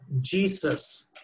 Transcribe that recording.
Jesus